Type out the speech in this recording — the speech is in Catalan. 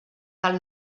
del